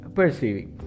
Perceiving